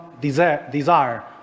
desire